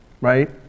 Right